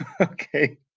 Okay